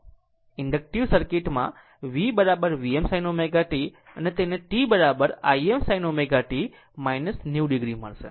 inductive circuit માં V Vm sin ω t અને તેને T Im sin ω t 90 o મળશે